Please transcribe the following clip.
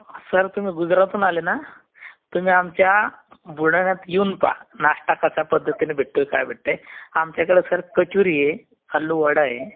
sir तुम्ही गुजरातहून आले ना तुम्ही आमच्या बुलढाण्यात येऊन पहा नाष्टा कशा पद्धतीने भेटतो काय भेटतं आमच्याकडे सर कचोरी आहे आल्लूवडा आहे